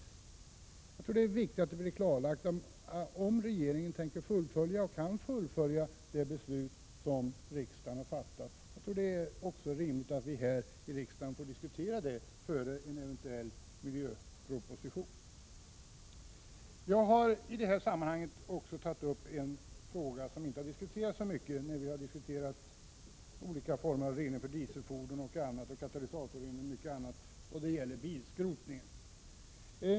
Jag tycker det är viktigt att få klarlagt om regeringen tänker eller kan fullfölja det beslut som riksdagen har fattat. Det är också rimligt att här i riksdagen få diskutera detta, innan regeringen kommer med en eventuell miljöproposition. I det här sammanhanget vill jag ta upp en fråga som inte diskuterats så mycket i samband med olika former av rening för dieselfordon och av katalysatorrening, nämligen bilskrotningen.